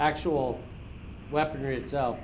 actual weaponry itself